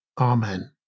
Amen